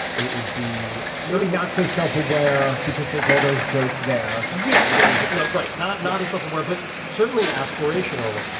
it would be silly. not so self-aware because there's all those jokes there. yeah. you yeah know. right. not not as self-aware, but certainly aspirational.